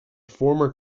former